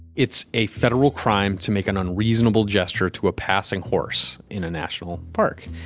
it's a federal crime to make an unreasonable gesture to a passing horse in a national park.